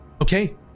Okay